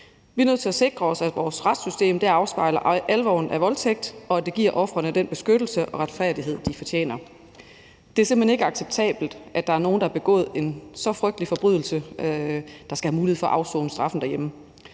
Vi er nødt til at sikre os, at vores retssystem afspejler alvoren af voldtægt, og at det giver ofrene den beskyttelse og retfærdighed, de fortjener. Det er simpelt hen ikke acceptabelt, at der er nogen, der har begået en så frygtelig forbrydelse, som skal have mulighed for at afsone straffen derhjemme.